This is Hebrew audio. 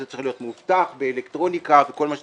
צריך להיות מאובטח באלקטרוניקה וכל מה שצריך.